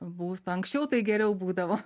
būsto anksčiau tai geriau būdavo